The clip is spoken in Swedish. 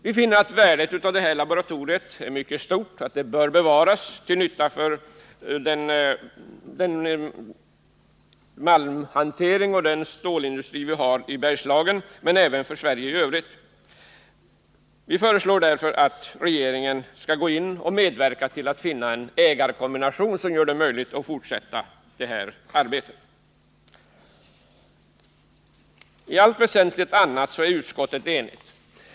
Vi finner att värdet av detta laboratorium är mycket stort och att det bör bevaras till nytta för den malmhantering och den stålindustri vi hari Bergslagen, men även för Sverige i övrigt. Vi föreslår därför att regeringen skall gå in och medverka till att finna en ägarkombination som gör det möjligt att fortsätta detta arbete. I allt väsentligt annat är utskottet enigt.